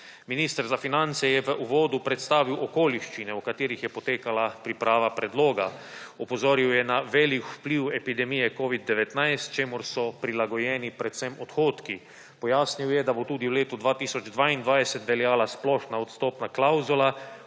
Minister za finance je v uvodu predstavil okoliščine, v katerih je potekala priprava predloga. Opozoril je na velik vpliv epidemije covid-19, čemur so prilagojeni predvsem odhodki. Pojasnil je, da bo tudi v letu 2022 veljala splošna odstopna klavzula